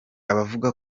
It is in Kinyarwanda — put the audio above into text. abavuga